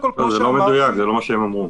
זה לא מדויק, זה לא מה שהם אמרו.